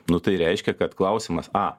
nu tai reiškia kad klausimas a